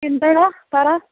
എന്താടാ പറ